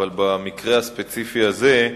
אבל במקרה הספציפי הזה,